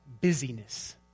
busyness